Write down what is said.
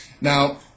Now